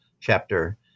chapter